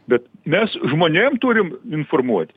bet mes žmonėm turim informuot